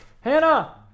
hannah